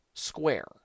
square